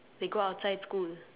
they go outside school